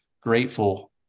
grateful